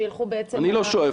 שילכו בעצם -- אני לא שואף,